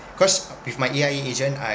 cause with my agent I